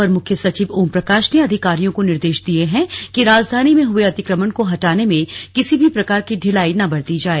अपर मुख्य सचिव ओमप्रकाश ने अधिकारियों को निर्देश दिए हैं कि राजधानी में हुए अतिक्रमण को हटाने मेँ किसी भी प्रकार की ढिलाई न बरती जाए